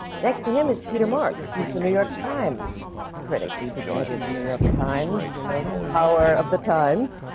next to him is peter marks. he's the new york times critic, the dreaded new york times. we know the power of the times!